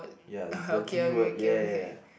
ya dirty word ya ya ya